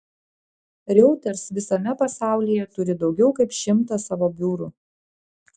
reuters visame pasaulyje turi daugiau kaip šimtą savo biurų